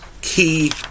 key